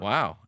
Wow